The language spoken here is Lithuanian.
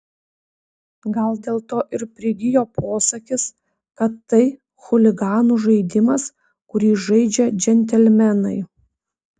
gal dėl to ir prigijo posakis kad tai chuliganų žaidimas kurį žaidžia džentelmenai